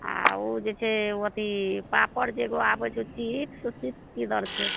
आ ओ जे छै अथी पापड़ जे एगो आबै छै चीप्स चीप्स की दर छै